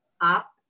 up